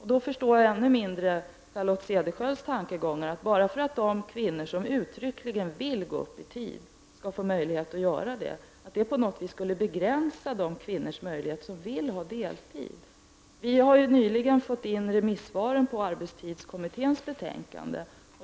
Jag förstår nu ännu mindre av Charlotte Cederschiölds tankegångar om att de kvinnor som uttryckligen vill gå upp i tid på något sätt skulle begränsa möjligheten för de kvinnor som vill ha deltid. Vi har nyligen fått in remissvaren som gäller arbetstidskommitténs betänkande.